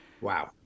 Wow